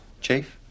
Chief